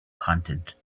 content